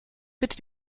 bitte